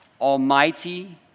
Almighty